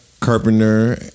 carpenter